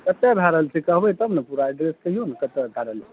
कतय भए रहल छै कहबै तब ने पूरा एड्रेस कहियौ ने कतय भए रहलै हेँ